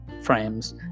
frames